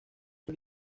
sus